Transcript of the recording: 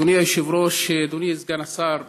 אדוני היושב-ראש, אדוני סגן השר,